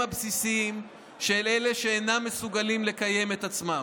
הבסיסיים של אלה שאינם מסוגלים לקיים את עצמם,